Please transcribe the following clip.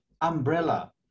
umbrella